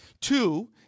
Two